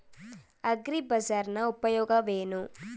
ಅಗ್ರಿಬಜಾರ್ ನ ಉಪಯೋಗವೇನು?